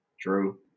True